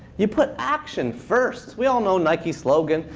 you put action first. we all know nike's slogan,